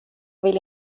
ville